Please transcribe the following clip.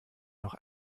noch